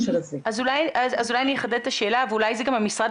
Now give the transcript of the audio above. אולי אני אחדד את השאלה ואולי זה גם המשרד